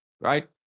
right